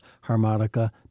harmonica